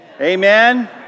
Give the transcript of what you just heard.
Amen